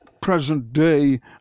present-day